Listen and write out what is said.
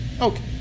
Okay